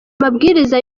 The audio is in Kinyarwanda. mabwiriza